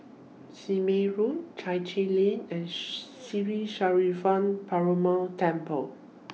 Sime Road Chai Chee Lane and Sri Perumal Temple